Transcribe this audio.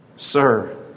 Sir